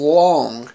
long